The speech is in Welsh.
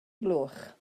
gloch